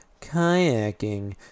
kayaking